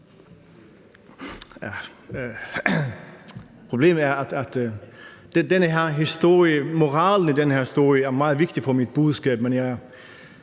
problemet, at moralen i den her historie er meget vigtig for mit budskab,